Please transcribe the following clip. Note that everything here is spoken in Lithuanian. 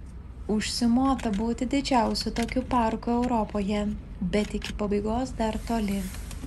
užsimota būti didžiausiu tokiu parku europoje bet iki pabaigos dar toli